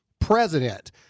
president